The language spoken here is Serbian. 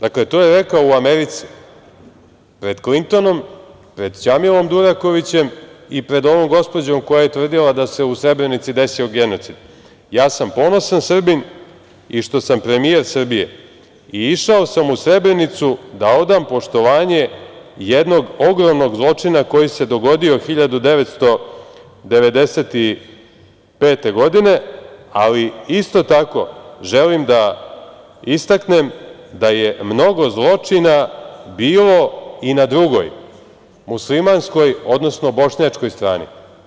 Dakle to je rekao u Americi, pred Klintonom, pred Đamilom Durakovićem i pred ovom gospođom koja je tvrdila da se u Srebrenici desio genocid - ja sam ponosan Srbin i što sam premijer Srbije i išao sam u Srebrenicu, da odam poštovanje jednog ogromnog zločina koji se dogodio 1995. godine, ali isto tako želim da istaknem da je mnogo zločina bilo i na drugoj, muslimanskoj, odnosno bošnjačkoj strani.